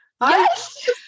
Yes